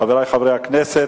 חברי חברי הכנסת,